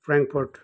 Frankfurt